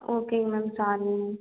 ஓகேங்க மேம் சாரிங்க மேம்